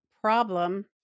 problem